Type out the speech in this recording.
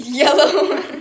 yellow